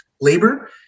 labor